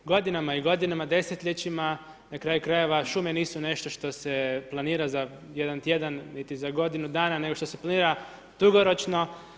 Godinama i godinama, desetljećima, na kraju krajeva šume nisu nešto što se planira za jedan tjedan niti za godinu dana nego što se planira dugoročno.